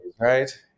right